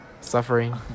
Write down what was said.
suffering